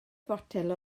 fotel